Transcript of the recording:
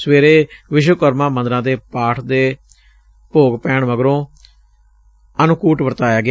ਸਵੇਰੇ ਵਿਸ਼ਵਕਰਮਾ ਮੰਦਰਾਂ ਚ ਪਾਠ ਦੇ ਭੋਗ ਪੈਣ ਮਗਰੋਂ ਅੰਨਕੂਟ ਵਰਤਾਇਆ ਗਿਆ